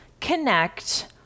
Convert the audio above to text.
connect